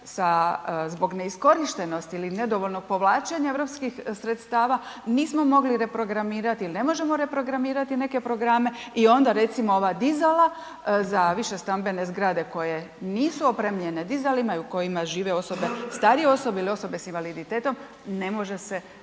zbog neiskorištenosti ili nedovoljnog povlačenja europskih sredstava, nismo mogli reprogramirati ili ne možemo reprogramirati neke programe i onda recimo ova dizela za više stambene zgrade koje nisu opremljene dizalima i u kojima žive osobe, starije osobe ili osobe s invaliditetom, ne može se